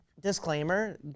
Disclaimer